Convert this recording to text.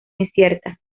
incierta